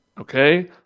Okay